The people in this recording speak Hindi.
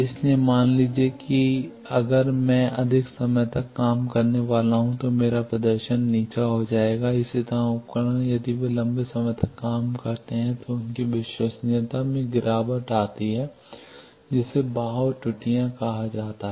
इसलिए मान लीजिए कि अगर मैं अधिक समय तक काम करने वाला हूं तो मेरा प्रदर्शन नीचा हो जाएगा इसी तरह उपकरण यदि वे लंबे समय तक काम करते हैं तो उनकी विश्वसनीयता में गिरावट आती है जिसे बहाव त्रुटियां कहा जाता है